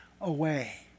away